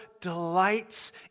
delights